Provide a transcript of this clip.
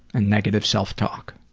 and negative self-talk?